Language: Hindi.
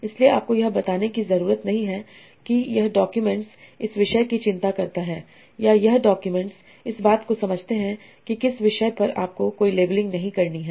इसलिए आपको यह बताने की ज़रूरत नहीं है कि यह डॉक्यूमेंट्स इस विषय की चिंता करता है या यह डॉक्यूमेंट्स इस बात को समझते हैं कि किस विषय पर आपको कोई लेबलिंग नहीं करनी है